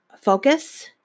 focus